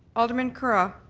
alderman curragh?